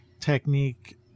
technique